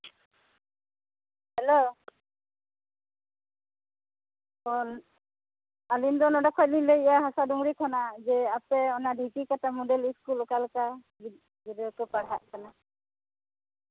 hello ᱟᱹᱞᱤᱧ ᱫᱚ ᱱᱚᱰᱮ ᱠᱷᱚᱱ ᱞᱤᱧ ᱞᱟᱹᱭ ᱮᱫᱟ ᱦᱟᱥᱟᱰᱩᱝᱨᱤ ᱠᱷᱚᱱᱟᱜ ᱡᱮ ᱟᱯᱮ ᱚᱱᱟ ᱰᱷᱮᱠᱤᱠᱟᱴᱟ ᱢᱚᱰᱮᱞ ᱥᱠᱩᱞ ᱚᱠᱟ ᱞᱮᱠᱟ ᱜᱤᱫᱽᱨᱟᱹ ᱠᱚ ᱯᱟᱲᱦᱟᱜ ᱠᱟᱱᱟ